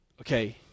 Okay